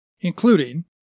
including